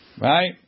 Right